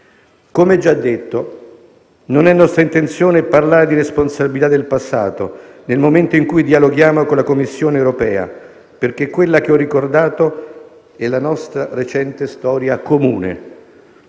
Come già detto, non è nostra intenzione parlare di responsabilità del passato, nel momento in cui dialoghiamo con la Commissione europea, perché quella che ho ricordato è la nostra recente storia comune,